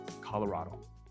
Colorado